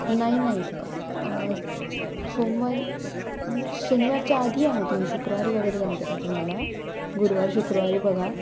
नाही नाही सोमवार मग शनिवारच्या आधी या मग तुम्ही शुक्रवारी वगैरे जमतं आहे का तुम्हाला गुरुवार शुक्रवारी बघा